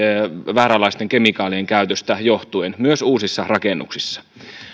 vääränlaisten kemikaalien käytöstä johtuen myös uusissa rakennuksissa